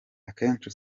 akenshi